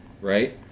right